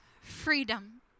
freedom